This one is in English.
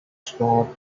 small